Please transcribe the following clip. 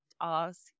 ask